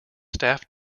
staff